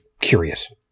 curious